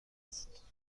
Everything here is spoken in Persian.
است